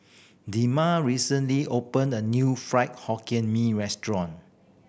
Dema recently opened a new Fried Hokkien Mee restaurant